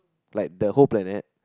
like the whole planet